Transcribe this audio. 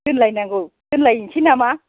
दोनलायनांगौ दोनलायनोसै नामा